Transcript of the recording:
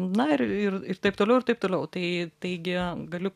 na ir ir taip toliau ir taip toliau tai taigi galiu